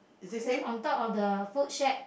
then on top of the food shed